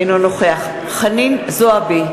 אינו נוכח חנין זועבי,